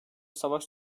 savaş